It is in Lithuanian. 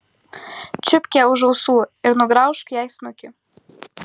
čiupk ją už ausų ir nugraužk jai snukį